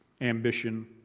ambition